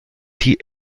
die